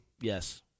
Yes